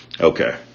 Okay